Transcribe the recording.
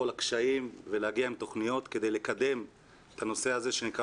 את כל הקשיים ולהגיע עם תוכניות כדי לקדם את הנושא הזה שנקרא